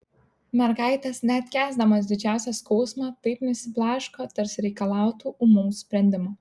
mergaitės net kęsdamos didžiausią skausmą taip nesiblaško tarsi reikalautų ūmaus sprendimo